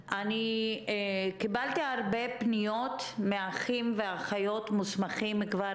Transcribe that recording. קיבלתי הרבה פניות מאחים ואחיות מוסמכים כבר